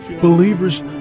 Believers